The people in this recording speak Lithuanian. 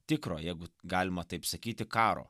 tikro jeigu galima taip sakyti karo